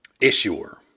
issuer